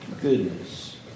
goodness